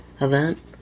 event